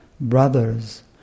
brothers